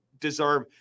deserve